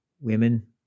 women